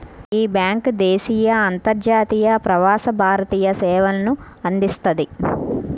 యీ బ్యేంకు దేశీయ, అంతర్జాతీయ, ప్రవాస భారతీయ సేవల్ని అందిస్తది